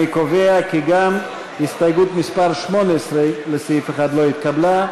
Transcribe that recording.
אני קובע כי גם הסתייגות מס' 18 לסעיף 1 לא התקבלה.